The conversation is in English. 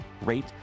rate